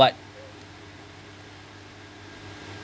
what